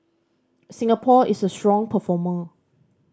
Singapore is a strong performer